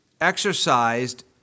exercised